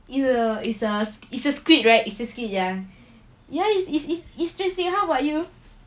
it's a it's a it's a squid right it's a squid ya ya it's it's it's interesting how about you